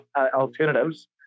alternatives